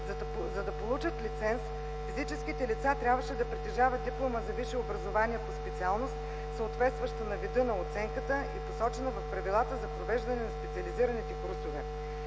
За да получат лиценз, физическите лица трябваше да притежават диплома за висше образование по специалност, съответстваща на вида на оценката и посочена в правилата за провеждане на специализираните курсове.